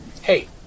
Hey